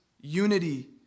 unity